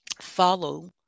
follow